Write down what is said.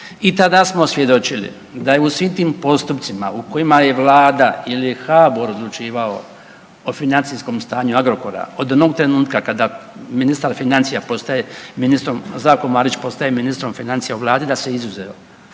I tada smo svjedočili da je u svim tim postupcima u kojima je vlada ili HABOR odlučivao o financijskom stanju Agrokora od onog trenutka kada ministar financija postaje ministrom, Zdravko Marić postaje ministrom financija u vladi da se izuzeto